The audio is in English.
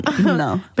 No